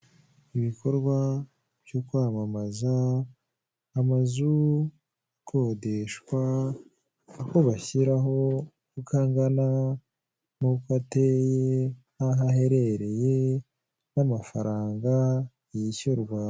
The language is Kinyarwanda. Ibikorwa byo kwamamaza amazu akodeshwa, aho bashyiraho uko angana n'uko ateye n'aho aherereye n'amafaranga yishyurwa.